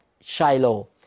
Shiloh